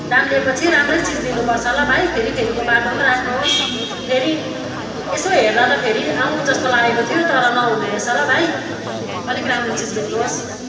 दाम लिएपछि राम्रै चिज दिनुपर्छ ल भाइ फेरि फेरिको बाटोम राख्नुहोस् फेरि यसो हेर्दा त फेरि आउँ जस्तो लागेको थियो तर नहुने रहेछ ल भाइ अलिक राम्रो चिज बेच्नुहोस्